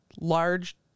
large